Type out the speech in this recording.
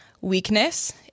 weakness